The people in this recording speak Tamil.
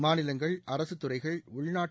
மாநிலங்கள் அரசுத்துறைகள் உள்நாட்டு